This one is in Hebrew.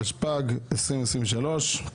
התשפ"ג-2023,